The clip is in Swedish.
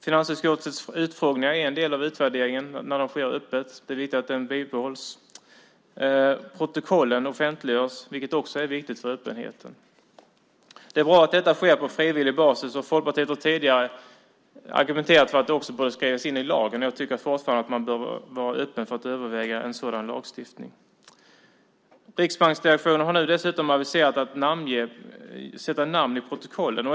Finansutskottets öppna utfrågningar är en del av utvärderingen. Det är viktigt att de bibehålls. Protokollen offentliggörs, vilket också är viktigt för öppenheten. Det är bra att detta sker på frivillig basis. Folkpartiet har tidigare argumenterat för att det också bör skrivas in i lagen. Jag tycker fortfarande att man bör vara öppen för att överväga en sådan lagstiftning. Riksbanksdirektionen har dessutom aviserat att sätta namn i protokollen.